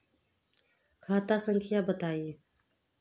खाता संख्या बताई?